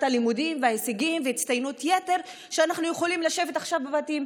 הלימודים וההישגים והצטיינות יתר שאנחנו יכולים לשבת עכשיו בבתים.